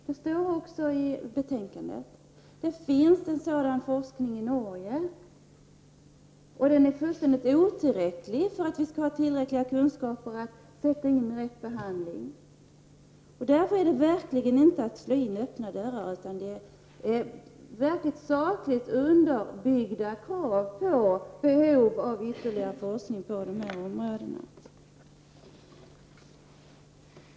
Det står också i betänkandet. Sådan forskning finns i Norge, och den är otillräcklig för att ge oss kunskaper för att sätta in rätt behandling. Därför innebär våra krav verkligen inte att vi slår in öppna dörrar. Det är sakligt underbyggda krav på ytterligare forskning på dessa områden.